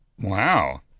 Wow